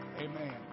Amen